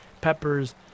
peppers